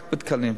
רק בתקנים,